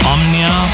Omnia